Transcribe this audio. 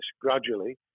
gradually